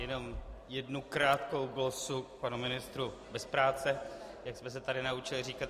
Jenom jednu krátkou glosu k panu ministru bez práce, jak jsme se tady naučili říkat.